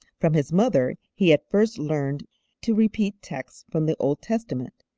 from his mother he had first learned to repeat texts from the old testament,